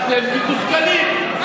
אתם מתוסכלים.